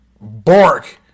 bark